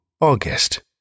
August